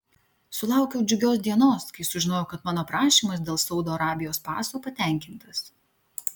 sulaukiau džiugios dienos kai sužinojau kad mano prašymas dėl saudo arabijos paso patenkintas